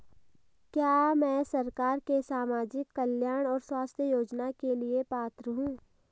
क्या मैं सरकार के सामाजिक कल्याण और स्वास्थ्य योजना के लिए पात्र हूं?